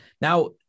Now